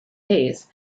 hays